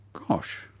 gosh.